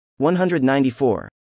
194